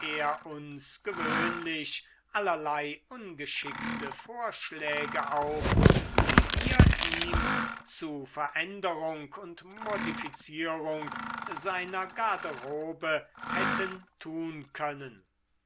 uns gewöhnlich allerlei ungeschickte vorschläge auf die wir ihm zu veränderung und modifizierung seiner garderobe hätten tun können